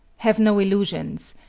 have no illusions.